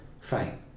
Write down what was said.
fine